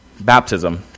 baptism